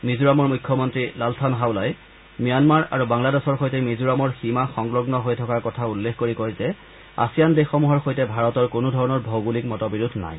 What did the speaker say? মিজোৰামৰ মুখ্যমন্ত্ৰী Lalthanhawla Myanmar আৰু বাংলাদেশৰ সৈতে মিজোৰামৰ সীমা সংলগ্ন হৈ থকাৰ কথা উল্লেখ কৰি কয় যে আছিয়ান দেশসমূহৰ সৈতে ভাৰতৰ কোনো ধৰণৰ ভৌগোলিক মত বিৰোধ নাই